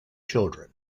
children